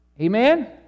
Amen